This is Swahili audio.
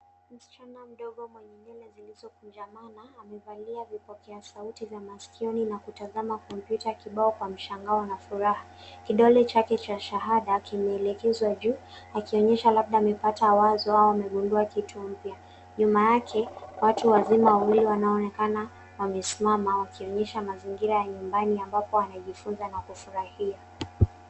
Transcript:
Msichana mdogo mwenye nywele zilizokunjamana, amevalia vipokea sauti vya masikioni na kutazama kompyuta kibao kwa mshangao na furaha. Kidole chake cha shahada kimeelekezwa juu, akionyesha labda amepata wazo au amegundua kitu mpya. Nyuma yake, watu wazima wawili wanaonekana wamesimama, wakionyesha mazingira ya nyumbani ambapo wanajifunza na kufurahia.